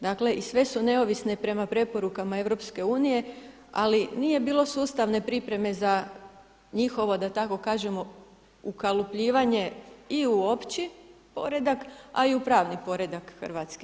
Dakle i sve su neovisne prema preporukama EU, ali nije bilo sustavne pripreme za njihovo da tako kažemo ukalupljivanje i u opći poredak, a i u pravni poredak Hrvatske.